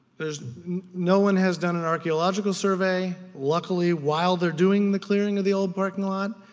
there's no one has done an archeological survey. luckily while they're doing the clearing of the old parking lot,